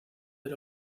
del